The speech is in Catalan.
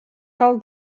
cal